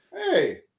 Hey